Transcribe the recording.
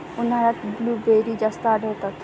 उन्हाळ्यात ब्लूबेरी जास्त आढळतात